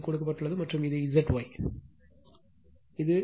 இது கொடுக்கப்பட்டுள்ளது மற்றும் இது Z Y Z Y Z Y